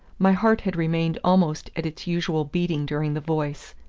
my heart had remained almost at its usual beating during the voice.